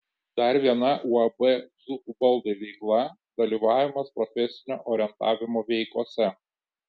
dar viena uab dzūkų baldai veikla dalyvavimas profesinio orientavimo veikose